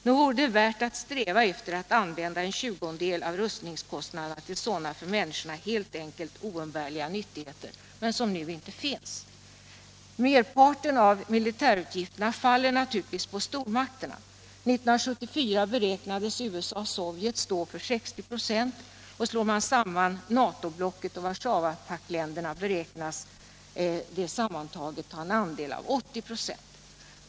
Nog vore det värt att sträva efter att använda en tjugondel av rustningskostnaderna till sådana för människorna helt enkelt oumbärliga nyttigheter, som nu inte finns. Merparten av militärutgifterna faller naturligtvis på stormakterna. 1974 beräknades USA och Sovjet stå för 60 26, och NATO-blocket och Warszawapaktsländerna beräknas sammantagna ha en andel av 80 96.